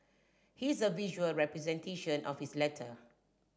here's a visual representation of his letter